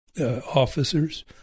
officers